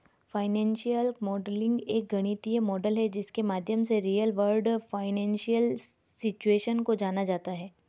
financial modelling एक गणितीय model है जिसके माध्यम से रियल वर्ल्ड फाइनेंशियल सिचुएशन को जाना जाता है